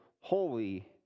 holy